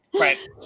Right